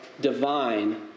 divine